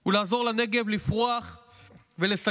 הוא לעזור לנגב לפרוח ולשגשג,